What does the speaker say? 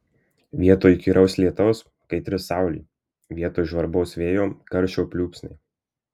vietoj įkyraus lietaus kaitri saulė vietoj žvarbaus vėjo karščio pliūpsniai